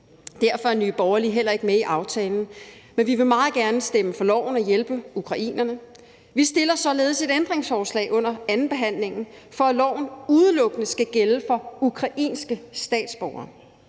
Derfor er Nye Borgerlige heller ikke med i aftalen, men vi vil meget gerne stemme for loven og hjælpe ukrainerne. Vi stiller således et ændringsforslag under andenbehandlingen, for at loven udelukkende skal gælde for ukrainske statsborgere.